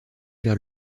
vers